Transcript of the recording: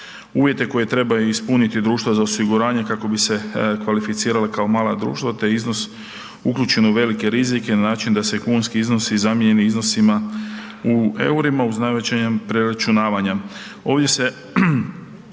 uvjete koje trebaju ispuniti društva za osiguranje, kako bi se kvalificirala kao mala društva te iznos uključen u velike rizike na način da se kunski iznosi zamijene iznosima u eurima uz navođenjem preračunavanja.